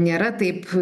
nėra taip